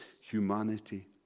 humanity